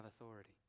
authority